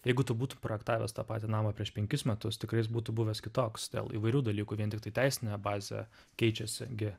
jeigu tu būtum projektavęs tą patį namą prieš penkis metus tikrai jis būtų buvęs kitoks dėl įvairių dalykų vien tiktai teisinė bazė keičiasi gi